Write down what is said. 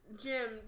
Jim